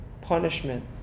punishment